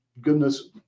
goodness